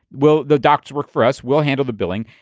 well, the doctor work for us. we'll handle the billing.